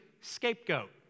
Scapegoat